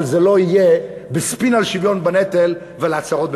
אבל זה לא יהיה בספין על שוויון בנטל ועל הצהרות בפייסבוק.